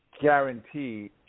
guarantee